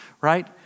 right